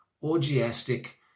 orgiastic